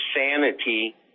sanity